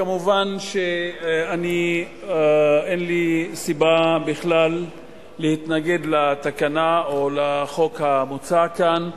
כמובן שאני אין לי סיבה בכלל להתנגד לתקנה או לחוק המוצע כאן.